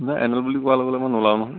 নাই এনুৱেল বুলি কোৱাৰ লগে লগে মই নোলাও নহয়